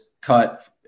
cut